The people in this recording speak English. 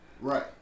Right